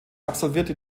absolvierte